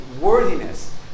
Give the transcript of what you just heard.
worthiness